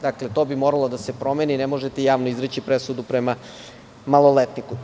Dakle, to bi moralo da se promeni, ne možete javno izreći presudu prema maloletniku.